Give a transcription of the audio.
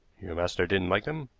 your master didn't like them?